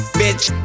bitch